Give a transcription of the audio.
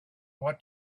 what